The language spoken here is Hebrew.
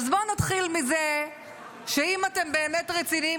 אז בואו נתחיל מזה שאם אתם באמת רציניים,